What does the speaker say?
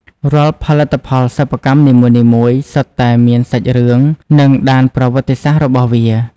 រាល់ផលិតផលសិប្បកម្មនីមួយៗសុទ្ធតែមានសាច់រឿង និងដានប្រវត្តិសាស្ត្ររបស់វា។